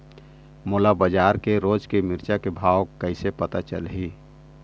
मोला बजार के रोज के मिरचा के भाव कइसे पता चलही?